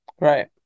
Right